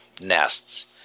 nests